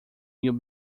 you’ll